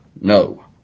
no